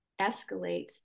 escalates